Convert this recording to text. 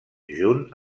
junt